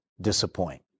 disappoint